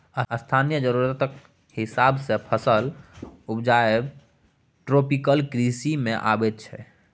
स्थानीय जरुरतक हिसाब सँ फसल उपजाएब ट्रोपिकल कृषि मे अबैत छै